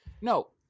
No